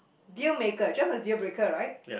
deal maker just a deal breaker right